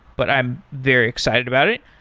but i'm very excited about it.